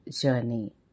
journey